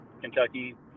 Kentucky